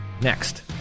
next